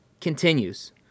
continues